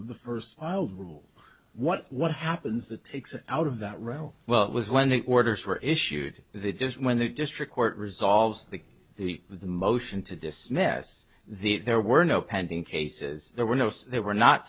of the first rule what what happens the takes out of that row well it was when the orders were issued the just when the district court resolves the the the motion to dismiss the there were no pending cases there were no they were not